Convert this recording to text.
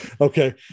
Okay